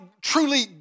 truly